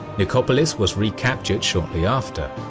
nicopolis was recaptured shortly after.